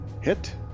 Hit